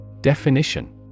Definition